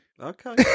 okay